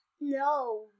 No